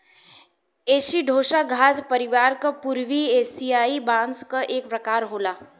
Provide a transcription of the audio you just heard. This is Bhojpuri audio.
एसिडोसा घास परिवार क पूर्वी एसियाई बांस क एक प्रकार होला